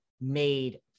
made